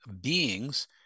beings